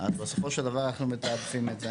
בסופו של דבר אנחנו מתעדפים את זה